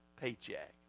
paycheck